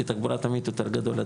כי תחבורה תמיד יותר גדול.